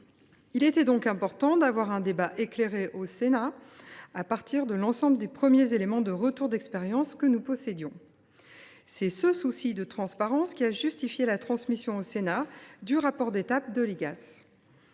Il était donc important d’avoir un débat éclairé au Sénat à partir des premiers retours d’expérience que nous possédions. C’est ce souci de transparence qui a justifié la transmission au Sénat du rapport d’étape de l’Igas.